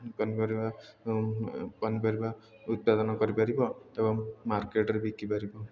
ପନିପରିବା ପନିପରିବା ଉତ୍ପାଦନ କରିପାରିବ ଏବଂ ମାର୍କେଟ୍ରେ ବିକିପାରିବ